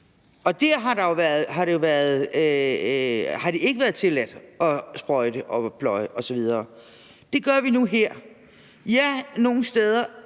og der har det ikke været tilladt at sprøjte, pløje osv. Det gør vi nu her. Og ja, nogle steder